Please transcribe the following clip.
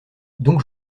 donc